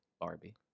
Barbie